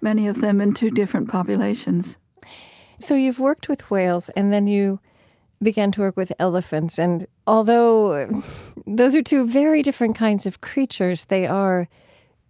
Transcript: many of them in two different populations so you've worked with whales, and then you began to work with elephants. and although those are two very different kinds of creatures, they are